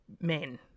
men